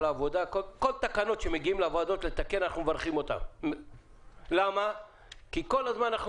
כל התקנות שמגיעות לוועדות אנחנו מברכים עליהן כי כל הזמן אנחנו